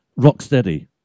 Rocksteady